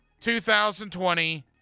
2020